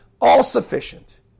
all-sufficient